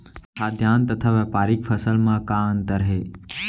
खाद्यान्न तथा व्यापारिक फसल मा का अंतर हे?